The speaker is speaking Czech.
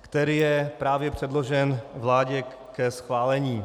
který je právě předložen vládě ke schválení.